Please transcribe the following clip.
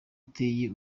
uteye